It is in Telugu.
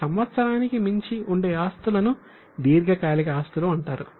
ఒక సంవత్సరానికి మించి ఉండే ఆస్తులను దీర్ఘకాలిక ఆస్తులు అంటారు